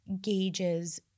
gauges